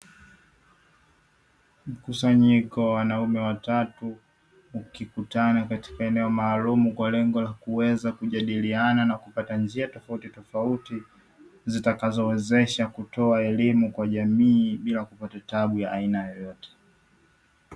Mkusanyiko wa wanaume watatu, ukikutana katika eneo maalumu kwa lengo la kuweza kujadiliana na kupata njia tofautitofauti, zitakazowezesha kutoa elimu kwa jamii, bila kupata tabu ya aina yoyote.